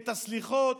את הסליחות,